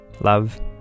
Love